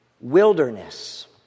Wilderness